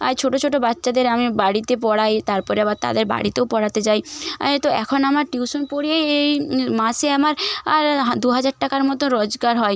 আর ছোটো ছোটো বাচ্চাদের আমি বাড়িতে পড়াই তারপরে আবার তাদের বাড়িতেও পড়াতে যাই আই তো এখন আমার টিউশন পড়িয়েই এই মাসে আমার আর হা দু হাজার টাকার মতো রোজগার হয়